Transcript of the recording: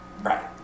right